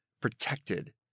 protected